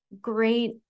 great